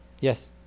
Yes